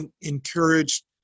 encouraged